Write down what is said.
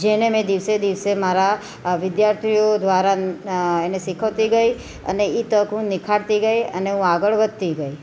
જેને મેં દિવસે દિવસે મારા વિદ્યાર્થીઓ દ્વારા એને શીખવતી ગઈ અને એ તક હું નિખારતી ગઈ અને હું આગળ વધતી ગઈ